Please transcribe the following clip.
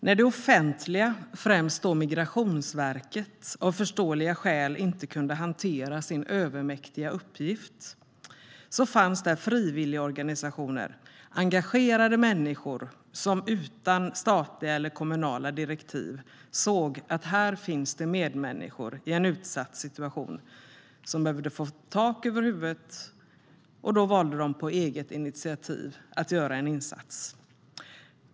När det offentliga, främst då Migrationsverket, av förståeliga skäl inte kunde hantera sin övermäktiga uppgift fanns där frivilligorganisationer med engagerade människor som utan statliga eller kommunala direktiv såg att här finns det medmänniskor i en utsatt situation som behöver få tak över huvudet. Då valde de på eget initiativ att göra en insats.